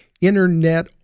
Internet